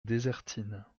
désertines